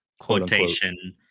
quotation